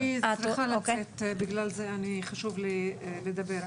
אני צריכה לצאת בגלל זה חשוב לי לדבר.